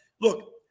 look